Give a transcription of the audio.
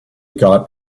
got